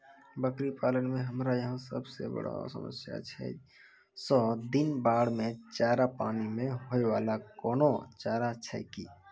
बकरी पालन मे हमरा यहाँ सब से बड़ो समस्या छै सौ दिन बाढ़ मे चारा, पानी मे होय वाला कोनो चारा छै कि?